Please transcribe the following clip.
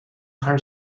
her